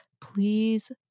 Please